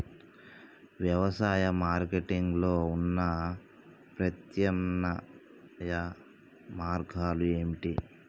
వ్యవసాయ మార్కెటింగ్ లో ఉన్న ప్రత్యామ్నాయ మార్గాలు ఏమిటి?